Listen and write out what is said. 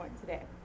today